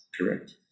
Correct